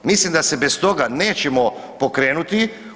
Mislim da se bez toga nećemo pokrenuti.